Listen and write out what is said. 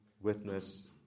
witness